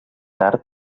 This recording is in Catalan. tard